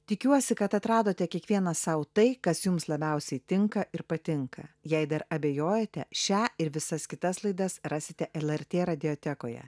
tikiuosi kad atradote kiekvienas sau tai kas jums labiausiai tinka ir patinka jei dar abejojate šią ir visas kitas laidas rasite lrt radiotekoje